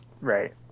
right